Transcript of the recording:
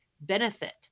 benefit